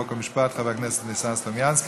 חוק ומשפט חבר הכנסת ניסן סלומינסקי.